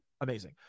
Amazing